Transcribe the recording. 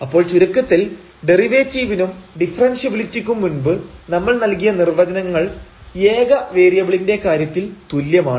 അപ്പോൾ ചുരുക്കത്തിൽ ഡെറിവേറ്റീവിനും ഡിഫറെൻഷ്യബിലിറ്റിക്കും മുൻപ് നമ്മൾ നൽകിയ നിർവ്വചനങ്ങൾ ഏക വേരിയബിളിന്റെ കാര്യത്തിൽ തുല്യമാണ്